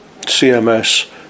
CMS